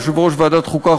יושב-ראש ועדת החוקה,